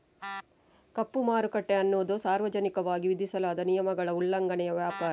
ಕಪ್ಪು ಮಾರುಕಟ್ಟೆ ಅನ್ನುದು ಸಾರ್ವಜನಿಕವಾಗಿ ವಿಧಿಸಲಾದ ನಿಯಮಗಳ ಉಲ್ಲಂಘನೆಯ ವ್ಯಾಪಾರ